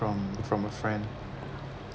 from from a friend